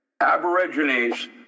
Aborigines